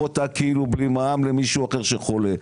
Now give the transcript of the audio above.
אותה כאילו בלי מע"מ למישהו אחר שחולה,